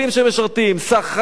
שכר רציני,